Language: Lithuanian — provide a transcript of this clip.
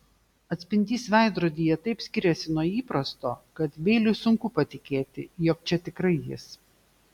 atspindys veidrodyje taip skiriasi nuo įprasto kad beiliui sunku patikėti jog čia tikrai jis